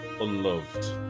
unloved